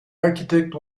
architect